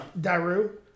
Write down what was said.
Daru